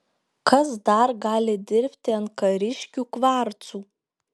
kas dar gali dirbti ant kariškių kvarcų